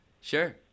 Sure